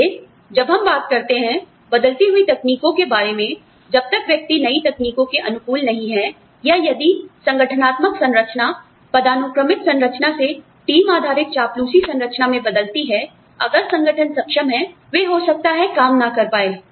इसलिए जब हम बात करते हैं आप जानते हैं बदलती हुई तकनीकों के बारे में जब तक व्यक्ति नई तकनीकों के अनुकूल नहीं है या यदि संगठनात्मक संरचना पदानुक्रमित संरचना से टीम आधारित चापलूसी संरचना में बदलती हैं अगर संगठन सक्षम हैं वे हो सकता है काम ना कर पाए